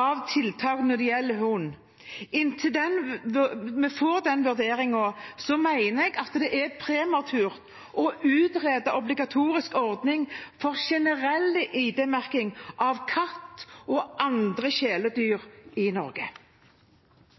av tiltak når det gjelder hund. Inntil vi får den vurderingen, mener jeg at det er prematurt å utrede obligatorisk ordning for generell ID-merking av katt og andre kjæledyr